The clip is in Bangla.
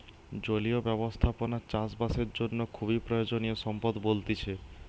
জলীয় ব্যবস্থাপনা চাষ বাসের জন্য খুবই প্রয়োজনীয় সম্পদ বলতিছে